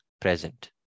present